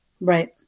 Right